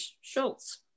Schultz